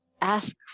ask